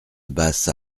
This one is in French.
basse